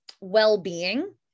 well-being